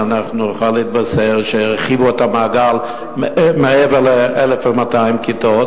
שאנחנו נוכל להתבשר שהרחיבו את המעגל מעבר ל-1,200 כיתות